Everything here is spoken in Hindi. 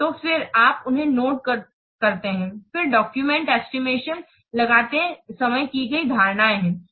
तो फिर आप उन्हें नोट करते हैं फिर डॉक्यूमेंट एस्टिमेशन लगाते समय की गई धारणाएँ है